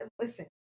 listen